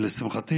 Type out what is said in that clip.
לשמחתי